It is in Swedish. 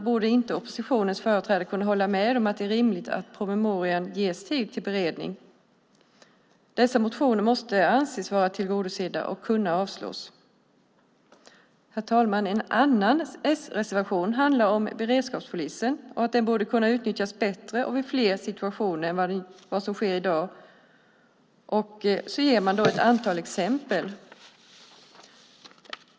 Borde inte oppositionens företrädare kunna hålla med om att det är rimligt att promemorian ges tid till beredning? Dessa motioner måste anses vara tillgodosedda och kunna avslås. Herr talman! En annan s-reservation handlar om att beredskapspolisen borde kunna utnyttjas bättre och vid fler situationen än vad som sker i dag, och man ger ett antal exempel.